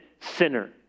sinner